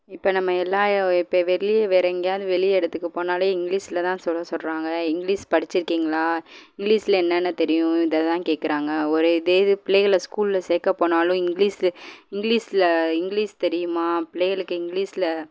இப்போ நம்ம எல்லா இப்போ வெளியே வேற எங்கேயாவது வெளி இடத்துக்கு போனாலே இங்கிலீஸ்லதான் சொல்ல சொல்கிறாங்க இங்கிலீஸ் படிச்சிருக்கீங்களா இங்கிலீஸ்ல என்னென்ன தெரியும் இதை தான் கேட்குறாங்க ஒரு இதே இது பிள்ளைகளை ஸ்கூல்ல சேர்க்கப்போனாலும் இங்கிலீஸு இங்கிலீஸ்ல இங்கிலீஸ் தெரியுமா பிள்ளைகளுக்கு இங்கிலீஸ்ல